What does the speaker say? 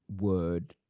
Word